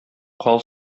кал